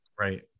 Right